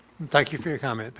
thank you for your comment. but